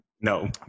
No